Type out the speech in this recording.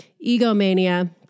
egomania